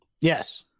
Yes